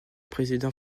président